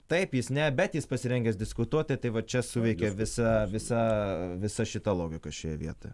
taip jis ne bet jis pasirengęs diskutuoti tai va čia suveikia visa visa visa šita logika šioje vietoje